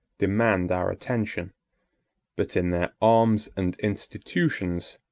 demand our attention but, in their arms and institutions,